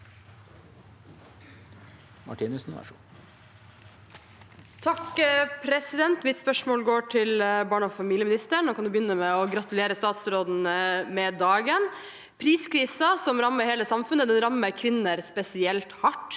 (R) Mitt spørsmål går til barne- og familieministeren, og jeg kan jo begynne med å gratulere statsråden med dagen. Priskrisen som rammer hele samfunnet, rammer kvinner spesielt hardt.